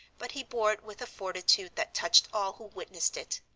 but he bore it with a fortitude that touched all who witnessed it.